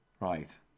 Right